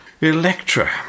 electra